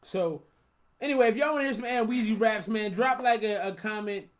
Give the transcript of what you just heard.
so anyway, if y'all where's man weezy raps man drop like a ah comment?